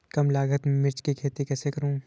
कम लागत में मिर्च की खेती कैसे करूँ?